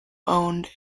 owned